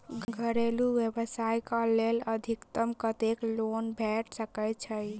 घरेलू व्यवसाय कऽ लेल अधिकतम कत्तेक लोन भेट सकय छई?